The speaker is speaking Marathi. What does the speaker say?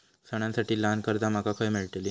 सणांसाठी ल्हान कर्जा माका खय मेळतली?